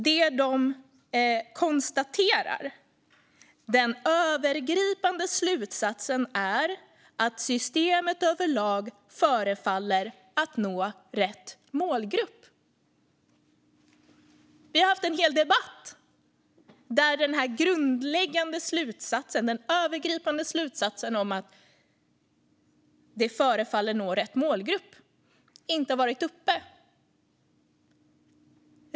De konstaterar att den övergripande slutsatsen är att systemet överlag förefaller att nå rätt målgrupp. Vi har haft en hel debatt där denna grundläggande och övergripande slutsats om att det förefaller att nå rätt målgrupp inte har tagits upp.